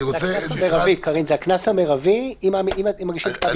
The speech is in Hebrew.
אני רוצה -- זה הקנס המרבי אם מגישים כתב אישום.